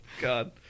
God